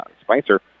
Spicer